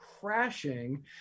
crashing